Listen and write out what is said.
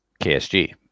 KSG